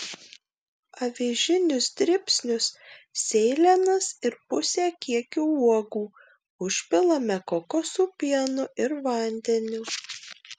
avižinius dribsnius sėlenas ir pusę kiekio uogų užpilame kokosų pienu ir vandeniu